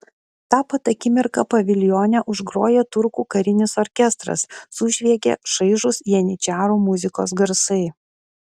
tą pat akimirką paviljone užgroja turkų karinis orkestras sužviegia šaižūs janyčarų muzikos garsai